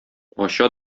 ача